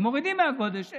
הם מורידים מהגודש.